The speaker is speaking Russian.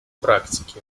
практики